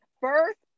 first